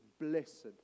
blessed